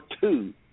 two